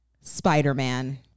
Spider-Man